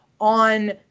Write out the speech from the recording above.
on